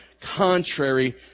contrary